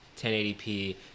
1080p